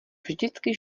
vždycky